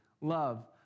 love